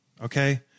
okay